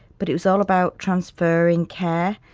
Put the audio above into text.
but it was all about transferring care.